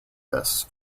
this